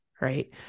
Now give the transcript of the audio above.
right